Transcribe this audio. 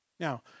Now